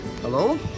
Hello